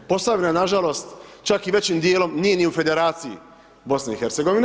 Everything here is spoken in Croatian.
Posavina, nažalost, čak i većim dijelom nije ni u Federaciji BiH.